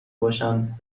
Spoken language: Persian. باشند